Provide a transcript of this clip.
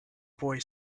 boy